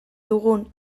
dugun